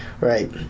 right